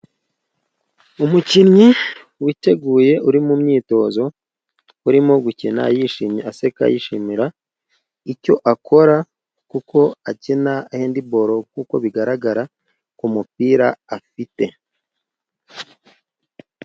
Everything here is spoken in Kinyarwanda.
Umukinnyi witeguye uri mu myitozo, urimo gukina yishimye aseka, yishimira icyo akora kuko akina handi bolo, nk'uko bigaragara ku mupira afite.